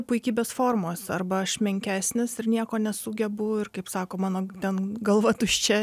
puikybės formos arba aš menkesnis ir nieko nesugebu ir kaip sako mano ten galva tuščia